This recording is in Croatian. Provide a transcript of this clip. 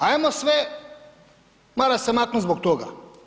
Ajmo sve Marase maknut zbog toga.